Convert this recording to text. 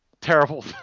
terrible